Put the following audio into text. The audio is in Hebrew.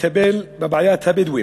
לטפל ב"בעיית" הבדואים,